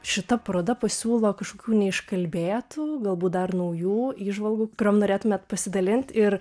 šita paroda pasiūlo kažkokių neiškalbėtų galbūt dar naujų įžvalgų kuriom norėtumėt pasidalint ir